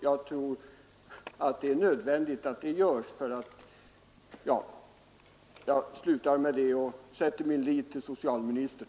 Jag tror att det är nödvändigt att det sker. Jag slutar med det anförda och sätter min lit till socialministern.